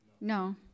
No